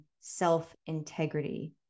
self-integrity